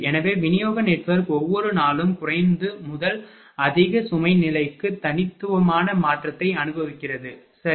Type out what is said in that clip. எனவே விநியோக நெட்வொர்க் ஒவ்வொரு நாளும் குறைந்த முதல் அதிக சுமை நிலைக்கு தனித்துவமான மாற்றத்தை அனுபவிக்கிறது சரி